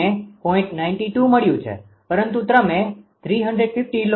92 મળ્યું છે પરંતુ તમે 350 લો